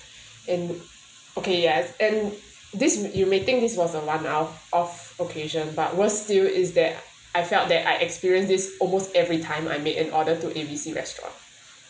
and okay yes and this you may think this was a one out off occasion but worst still is there I felt that I experienced this almost every time I make an order to A B C restaurant